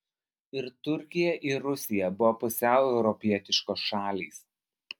ir turkija ir rusija buvo pusiau europietiškos šalys